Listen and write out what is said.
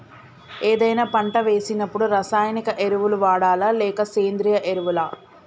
ఏదైనా పంట వేసినప్పుడు రసాయనిక ఎరువులు వాడాలా? లేక సేంద్రీయ ఎరవులా?